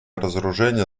разоружение